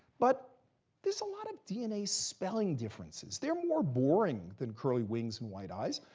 but there's a lot of dna spelling differences. they're more boring than curly wings and white eyes,